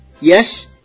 Yes